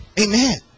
amen